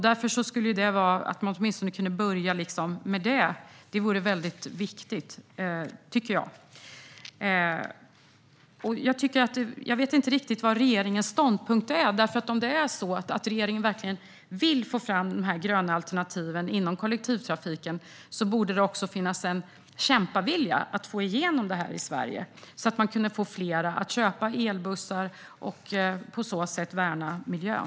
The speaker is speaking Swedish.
Därför borde man åtminstone börja med det. Det tycker jag vore viktigt. Jag vet inte riktigt vad regeringens ståndpunkt är. Om regeringen verkligen vill få fram dessa gröna alternativ inom kollektivtrafiken, borde det också finnas en kämpavilja att få igenom detta i Sverige. Då skulle man kunna få fler att köpa elbussar och på så sätt värna miljön.